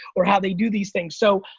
or how they do these things. so,